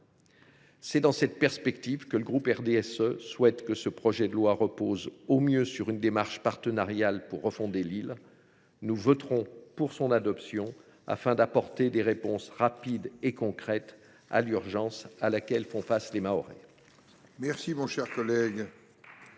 C’est dans cette perspective que le groupe du RDSE souhaite que ce projet de loi visant à refonder l’île repose sur une démarche partenariale. Nous voterons pour son adoption afin d’apporter des réponses rapides et concrètes à l’urgence à laquelle font face les Mahorais.